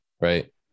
right